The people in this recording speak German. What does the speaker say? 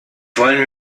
wollen